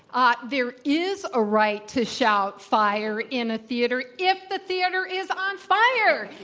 ah there is a right to shout, fire, in a theater if the theater is on fire.